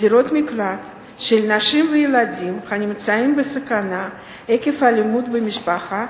לדירות מקלט של נשים וילדים הנמצאים בסכנה עקב אלימות במשפחה,